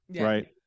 right